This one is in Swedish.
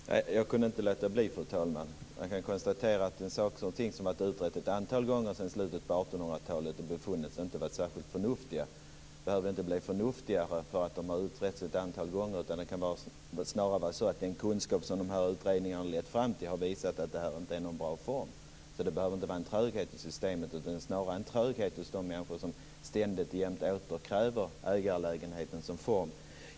Fru talman! Jag kunde inte låta bli att begära replik. Saker som utretts ett antal gånger sedan slutet av 1800-talet och som inte befunnits vara särskilt förnuftiga behöver inte bli förnuftigare bara därför att de har utretts ett antal gånger. Snarare kan det vara så att den kunskap som utredningarna lett fram till har visat att det här inte är en bra form. Det behöver alltså inte vara fråga om en tröghet i systemet. Snarare kan det vara fråga om en tröghet hos de människor som ständigt och jämt kräver ägarlägenheten som form.